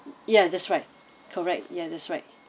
ya that's right correct ya that's right